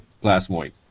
Plasmoid